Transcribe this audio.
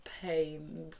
pained